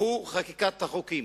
הוא חקיקת החוקים?